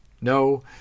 no